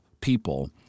people